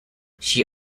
she